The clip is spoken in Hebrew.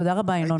תודה רבה, ינון.